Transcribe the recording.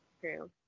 True